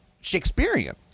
Shakespearean